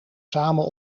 samen